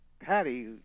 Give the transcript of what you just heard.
Patty